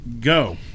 go